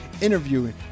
interviewing